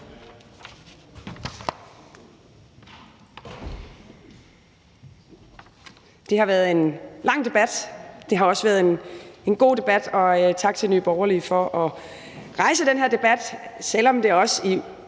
Det har været en lang debat. Det har også været en god debat, og tak til Nye Borgerlige for at rejse den her debat, selv om det også i